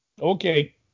Okay